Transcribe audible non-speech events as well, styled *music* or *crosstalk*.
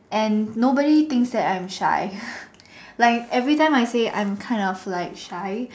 and nobody thinks that I'm shy *breath* like every time I say I'm kind of shy